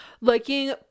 liking